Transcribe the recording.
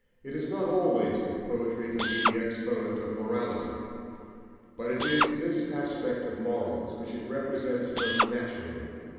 it is not always that poetry can be the exponent of morality but it is this aspect of morals which it represents most naturally,